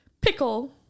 pickle